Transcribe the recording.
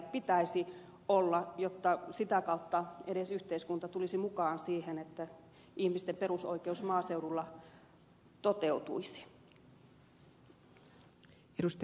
pitäisi olla jotta sitä kautta edes yhteiskunta tulisi mukaan siihen että ihmisten perusoikeus maaseudulla toteutuisi